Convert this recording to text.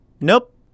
Nope